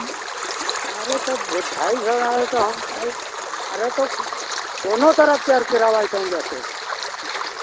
अरे तौ वो ढाई सौ है तो हम कही अरे तो दोनो तरफ से यार किराया इटौंजा से